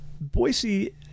Boise